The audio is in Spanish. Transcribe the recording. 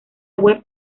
web